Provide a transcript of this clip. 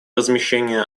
размещения